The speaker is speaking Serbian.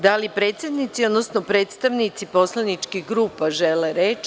Da li predsednici, odnosno predstavnici poslaničkih grupa žele reč?